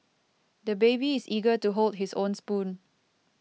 the baby is eager to hold his own spoon